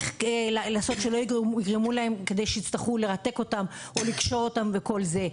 מה לעשות כדי שלא יצטרכו לרתק אותם או לקשור אותם וכל זה.